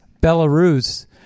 Belarus